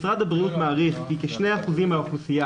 משרד הבריאות מעריך כי כ-2% מהאוכלוסייה